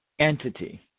Entity